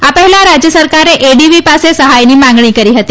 આ પહેલા રાજ્ય સરકારે એડીવી પાસે સહાયની માંગણી કરી હતી